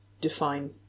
define